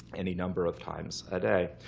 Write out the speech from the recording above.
any number of times a day.